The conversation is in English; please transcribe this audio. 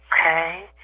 Okay